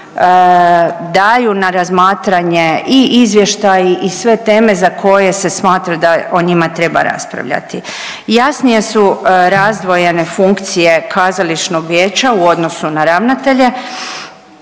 daju na razmatranje i izvještaji i sve teme za koje se smatra da o njima treba raspravljati. Jasnije su razdvojene funkcije kazališnog vijeća u odnosu na ravnatelje,